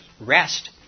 Rest